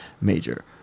major